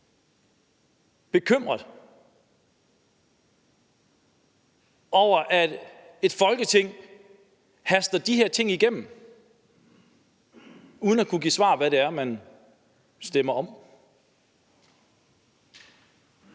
bekymret over, at et Folketing haster de her ting igennem uden at kunne give svar på, hvad det er, man stemmer om.